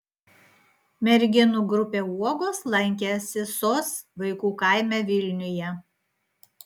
merginų grupė uogos lankėsi sos vaikų kaime vilniuje